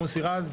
מוסי רז.